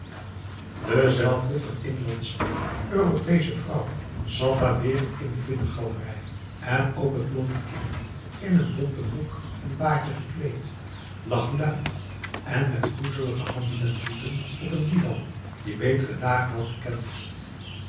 dezelfde verinlandschte europeesche vrouw zat daar weer in de binnengalerij en ook het blonde kind in een bonte broek en baadje gekleed lag lui en met groezelige handen en voeten op een divan die betere dagen had gekend